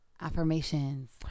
Affirmations